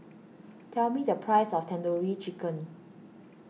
tell me the price of Tandoori Chicken